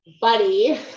Buddy